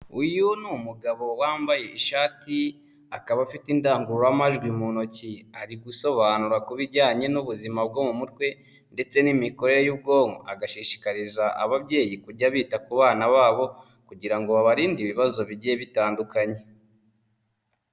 Uyu ni umugabo wambaye ishati, akaba afite indangururamajwi mu ntoki, ari gusobanura ku bijyanye n'ubuzima bwo mu mutwe, ndetse n'imikorere y'ubwonko, agashishikariza ababyeyi kujya bita ku bana babo, kugira ngo babarinde ibibazo bigiye bitandukanye.